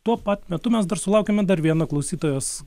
tuo pat metu mes dar sulaukėme dar vieno klausytojos